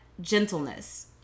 gentleness